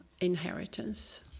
inheritance